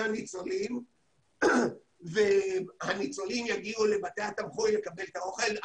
הניצולים והניצולים יגיעו לבתי התמחוי לקבל את האוכל,